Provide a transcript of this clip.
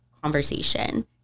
conversation